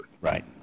right